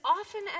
often